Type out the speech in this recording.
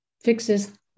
fixes